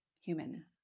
human